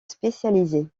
spécialisée